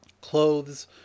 Clothes